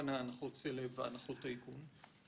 הכוונה "הנחות סלב והנחות טייקון"?